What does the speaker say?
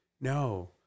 No